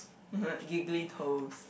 giggly toes